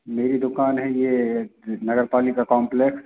मेरी दुकान है यह नगरपालिका कॉम्प्लेक्स